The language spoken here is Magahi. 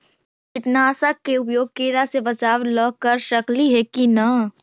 कीटनाशक के उपयोग किड़ा से बचाव ल कर सकली हे की न?